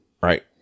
Right